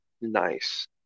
Nice